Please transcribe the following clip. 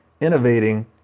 innovating